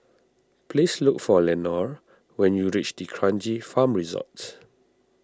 please look for Lenore when you reach D Kranji Farm Resorts